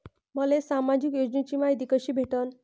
मले सामाजिक योजनेची मायती कशी भेटन?